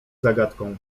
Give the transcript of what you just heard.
zagadką